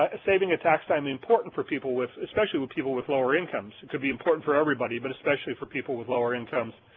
ah saving at tax time important for people with, especially with people with lower incomes. it could be important for everybody but especially for people with lower incomes.